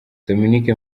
dominique